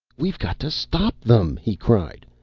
we've got to stop them, he cried.